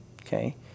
okay